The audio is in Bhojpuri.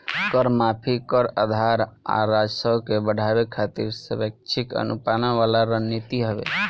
कर माफी, कर आधार आ राजस्व के बढ़ावे खातिर स्वैक्षिक अनुपालन वाला रणनीति हवे